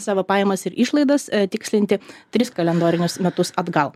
savo pajamas ir išlaidas tikslinti tris kalendorinius metus atgal